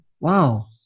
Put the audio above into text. Wow